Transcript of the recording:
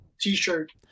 t-shirt